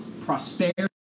prosperity